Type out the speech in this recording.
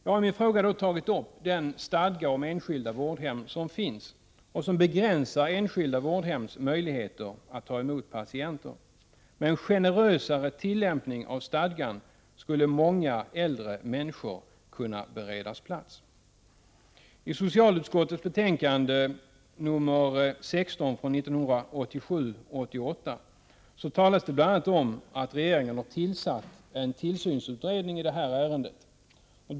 Jag har i min fråga tagit upp stadgan om enskilda vårdhem som ju begränsar enskilda vårdhems möjligheter att ta emot patienter. Med en generösare tillämpning av stadgan skulle många äldre människor kunna beredas plats. I socialutskottets betänkande 1987/88:16 talas det bl.a. om att regeringen har tillsatt en tillsynsutredning i detta ärende.